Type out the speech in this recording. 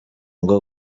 ngo